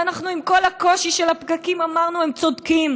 ואנחנו עם כל הקושי של הפקקים אמרנו: הם צודקים,